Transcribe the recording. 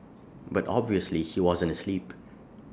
but obviously he wasn't asleep